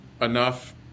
enough